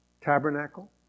Tabernacle